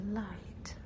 light